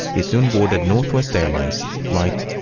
he soon boarded northwest airlines flight